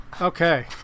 Okay